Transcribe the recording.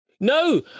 No